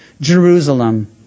Jerusalem